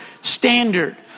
standard